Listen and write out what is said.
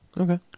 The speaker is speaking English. Okay